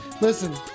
listen